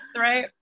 right